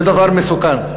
זה דבר מסוכן.